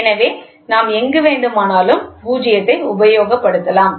எனவே நாம் எங்கு வேண்டுமானாலும் பூஜ்யத்தை உபயோகப்படுத்தலாம்